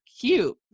cute